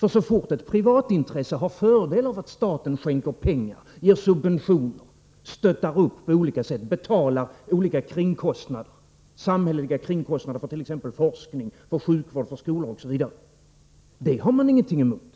Så fort ett privatintresse har fördel av att staten skänker pengar, ger subventioner, stöttar upp på olika sätt, betalar olika samhälleliga kringkostnader för t.ex. sjukvård, forskning och skola, har man ingenting emot detta.